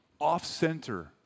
off-center